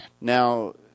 Now